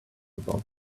about